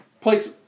place